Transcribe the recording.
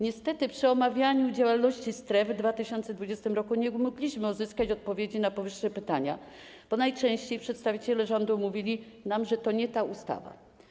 Niestety przy omawianiu działalności stref w 2020 r. nie mogliśmy uzyskać odpowiedzi na powyższe pytania, bo najczęściej przedstawiciele rządu mówili nam, że to nie ta ustawa.